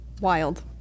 Wild